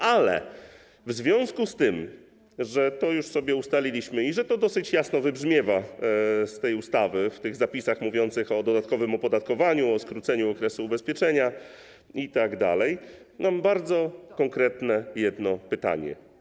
Ale w związku z tym, że to już sobie ustaliliśmy i że to dosyć jasno wybrzmiewa z tej ustawy, z zapisów mówiących o dodatkowym opodatkowaniu, o skróceniu okresu ubezpieczenia itd., mam jedno bardzo konkretne pytanie: